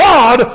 God